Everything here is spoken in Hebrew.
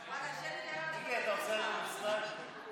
ההצעה להעביר את הצעת חוק שיקום, קידום